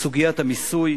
סוגיית המיסוי